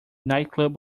nightclub